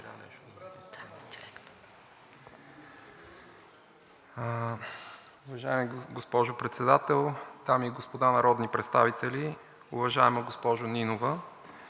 Уважаема госпожо Председател, дами и господа народни представители! Уважаема госпожо Нитова,